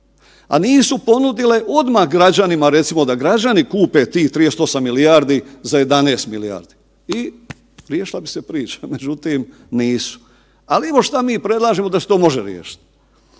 A nisu ponudile odmah građanima recimo da građani kupe tih 38 milijardi kuna za 11 milijardi i riješila bi se priča, međutim nisu. Ali evo što mi predlažemo da se to može riješiti.